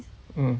mm